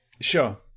Sure